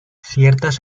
ciertas